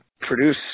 produce